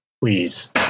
Please